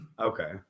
Okay